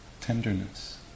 tenderness